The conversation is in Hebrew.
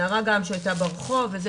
נערה גם, שהייתה ברחוב וזה.